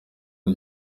rwa